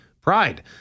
Pride